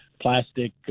plastic